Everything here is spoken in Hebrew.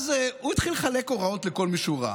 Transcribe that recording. אז הוא התחיל לחלק הוראות לכל מי שהוא ראה.